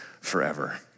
forever